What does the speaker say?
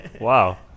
Wow